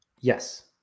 Yes